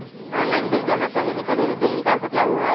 Online bill जमा कहीं भी कभी भी बिल निकाल सकलहु ह?